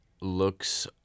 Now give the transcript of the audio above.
looks